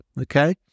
Okay